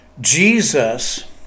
Jesus